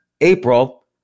April